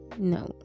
no